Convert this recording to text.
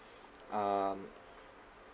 um